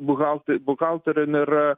buhalt buhalterio nėra